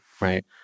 right